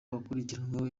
bakurikiranyweho